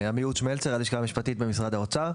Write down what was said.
עמיהוד שמלצר, הלשכה המשפטית במשרד האוצר.